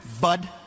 bud